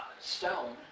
stone